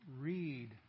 read